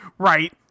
Right